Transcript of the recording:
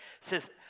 says